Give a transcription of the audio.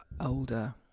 Older